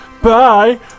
Bye